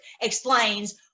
explains